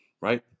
Right